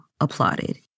applauded